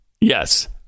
Yes